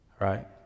right